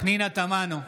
פנינה תמנו,